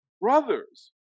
brothers